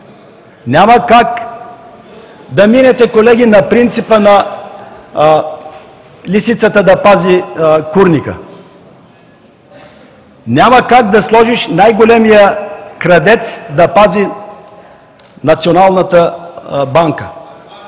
Няма как да минете, колеги, на принципа „лисицата да пази курника”. Няма как да сложиш най-големия крадец да пази Националната банка.